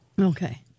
Okay